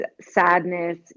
sadness